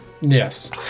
Yes